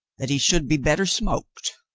that he should be better smoked.